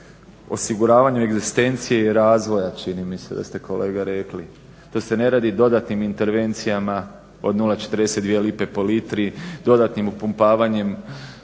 osiguravanju egzistencije i razvoja čini mi se da ste kolega rekli, to se ne radi dodatnim intervencijama od 0,42 lipe po litri, dodatnim upumpavanjem